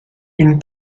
une